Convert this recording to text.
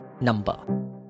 number